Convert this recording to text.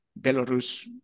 Belarus